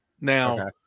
Now